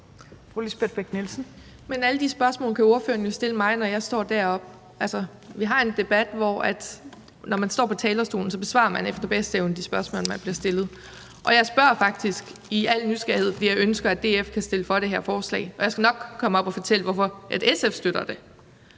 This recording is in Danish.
Men alle de spørgsmål kan ordføreren jo stille mig, når jeg står deroppe. Altså, vi har en debat, hvor man, når man står på talerstolen, efter bedste evne besvarer de spørgsmål, man bliver stillet. Jeg spørger faktisk i al nysgerrighed, fordi jeg ønsker, at DF kan stemme for det her forslag, og jeg skal nok komme op og fortælle, hvorfor SF støtter det.